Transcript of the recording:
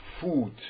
food